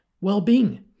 well-being